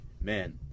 man